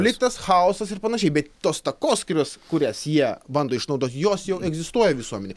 lyg tas chaosas ir panašiai tos takoskyros kurias jie bando išnaudoti jos jau egzistuoja visuomenėj